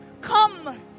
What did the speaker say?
Come